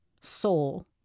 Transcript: soul